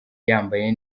yambaye